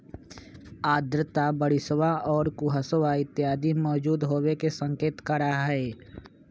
आर्द्रता बरिशवा और कुहसवा इत्यादि के मौजूद होवे के संकेत करा हई